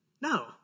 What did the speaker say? No